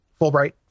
Fulbright